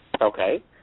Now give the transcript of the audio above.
Okay